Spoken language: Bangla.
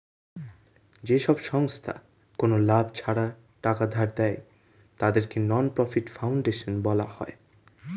যেসব সংস্থা কোনো লাভ ছাড়া টাকা ধার দেয়, তাদেরকে নন প্রফিট ফাউন্ডেশন বলা হয়